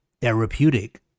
therapeutic